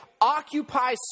Occupy